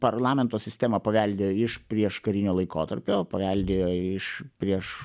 parlamento sistemą paveldėjo iš prieškarinio laikotarpio paveldėjo iš prieš